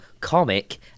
comic